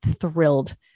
thrilled